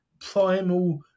primal